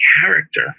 character